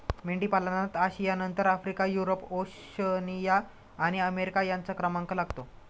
मेंढीपालनात आशियानंतर Africa, Europe, Oceania आणि अमेरिका यांचा क्रमांक लागतो